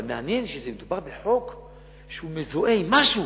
אבל מעניין שכשמדובר בחוק שהוא מזוהה עם משהו,